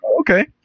Okay